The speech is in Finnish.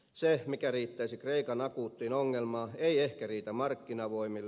se mikä riittäisi kreikan akuuttiin ongelmaan ei ehkä riitä markkinavoimille